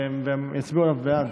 והם יצביעו בעד.